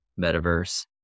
Metaverse